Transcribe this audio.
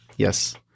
Yes